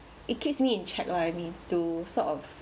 it keeps me in check lah I mean to sort of